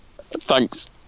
thanks